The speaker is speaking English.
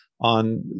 on